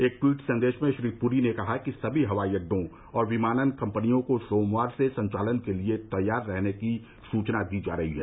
एक ट्वीट संदेश में श्री पुरी ने कहा कि सभी हवाई अड्डों और विमानन कम्पनियों को सोमवार से संचालन के लिए तैयार रहने की सूचना दी जा रही है